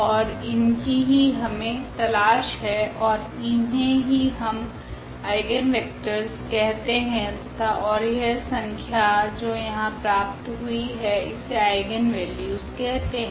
ओर इनकी ही हमे तलाश है ओर इन्हे ही हम आइगनवेक्टरस कहते है तथा ओर यह संख्या जो यहाँ प्राप्त हुई है इसे आइगनवेल्यूस कहते है